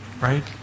right